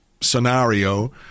scenario